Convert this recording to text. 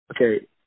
okay